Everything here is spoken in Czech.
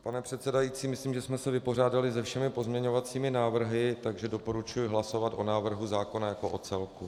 Pane předsedající, myslím, že jsme se vypořádali se všemi pozměňovacími návrhy, takže doporučuji hlasovat o návrhu zákona jako o celku.